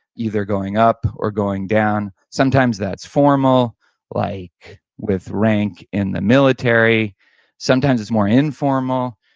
either going up or going down, sometimes that's formal like with rank in the military sometimes it's more informal